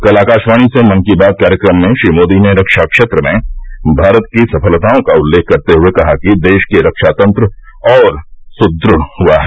कल आकाशवाणी से मन की बात कार्यक्रम में श्री मोदी ने रक्षा क्षेत्र में भारत की सफलताओं का उल्लेख करते हुए कहा कि देश के रक्षा तंत्र और सुदृढ़ हुआ है